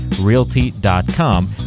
realty.com